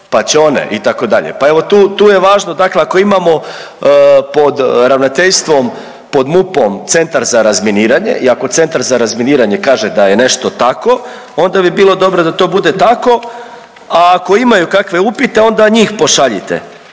pa će one itd. Pa evo tu je važno, dakle ako imamo pod ravnateljstvom, pod MUP-om Centar za razminiranje i ako Centar za razminiranje kaže da je nešto tako, onda bi bilo dobro da to bude tako. A ako imaju kakve upite, onda njih pošaljite,